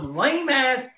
lame-ass